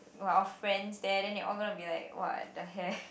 !wah! our friends there then they all gonna be like !wah! the hair